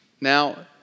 Now